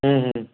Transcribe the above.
हम्म हम्म